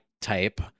type-